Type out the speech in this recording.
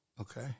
Okay